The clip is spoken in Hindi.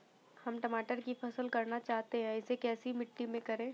हम टमाटर की फसल करना चाहते हैं इसे कैसी मिट्टी में करें?